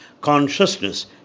consciousness